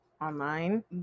online